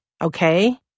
okay